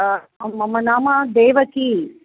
मम नाम देवकी